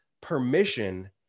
permission